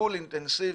וטיפול אינטנסיבי.